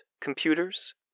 computers